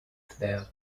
their